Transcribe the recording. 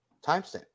timestamp